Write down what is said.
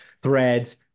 threads